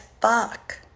fuck